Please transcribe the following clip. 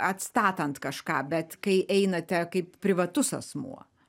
atstatant kažką bet kai einate kaip privatus asmuo